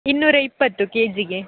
ಇನ್ನೂರ ಇಪ್ಪತ್ತು ಕೆ ಜಿಗೆ